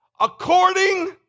according